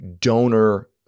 donor